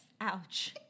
Ouch